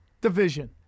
division